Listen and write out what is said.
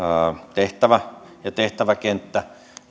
tehtävä ja tehtäväkenttä